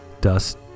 dust